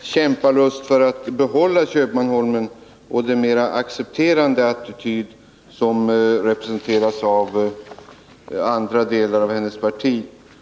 kämpalust för att behålla Hörnefors och den mera accepterande attityd som representeras av andra delar av hennes parti.